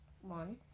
one